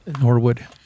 Norwood